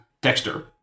Dexter